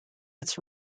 its